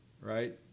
Right